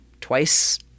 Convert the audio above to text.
twice